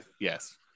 yes